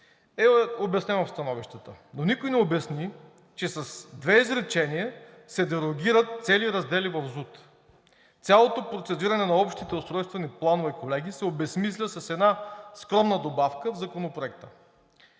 е обяснено в становищата, но никой не обясни, че с две изречения се дерогират цели раздели в ЗУТ. Цялото процедиране на общите устройствени планове, колеги, се обезсмисля с една скромна добавка в Законопроекта.